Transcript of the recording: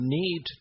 need